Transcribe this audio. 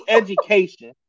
education